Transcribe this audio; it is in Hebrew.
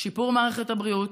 שיפור מערכת הבריאות,